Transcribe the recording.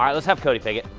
um let's have cody pick it.